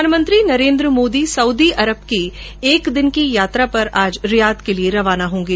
प्रधानमंत्री Narendra Modi Saudi Arab की एक दिन की यात्रा पर आज रियाद के लिए रवाना होंगे